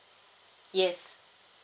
yes